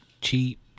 cheap